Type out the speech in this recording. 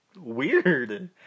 weird